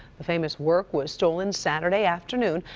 the famous work was stolen saturday afternoon.